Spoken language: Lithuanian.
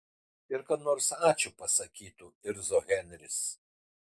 ir kad nors ačiū pasakytų irzo henris